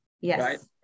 yes